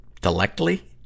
directly